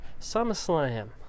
SummerSlam